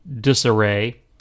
disarray